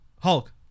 hulk